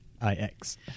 I-X